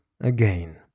again